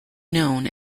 known